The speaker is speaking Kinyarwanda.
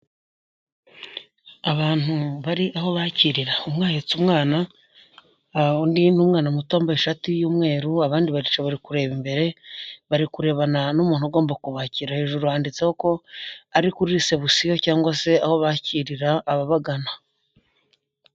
Abantu bari aho bakirira, umwe ahetse umwana, undi ni umwana muto wambaye ishati y'umweru, abandi baricaye bari kureba imbere, bari kurebana n'umuntu ugomba kubakira, hejuru handitseho ko ari kuri resebusiyo, cyangwa se aho bakirira ababagana.